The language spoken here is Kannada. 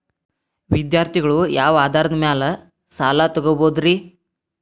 ವಿದ್ಯಾರ್ಥಿಗಳು ಯಾವ ಆಧಾರದ ಮ್ಯಾಲ ಸಾಲ ತಗೋಬೋದ್ರಿ?